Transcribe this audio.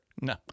No